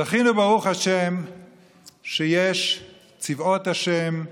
זכינו ברוך השם שיש צבאות השם,